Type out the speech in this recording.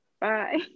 bye